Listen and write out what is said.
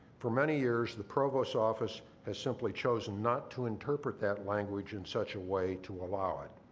for many years, the provost's office has simply chosen not to interpret that language in such a way to allow it.